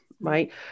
right